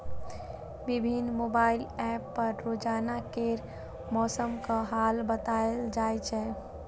विभिन्न mobile app पर रोजाना केर मौसमक हाल बताएल जाए छै